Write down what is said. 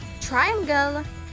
triangle